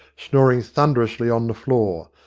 snoring thunderously on the floor,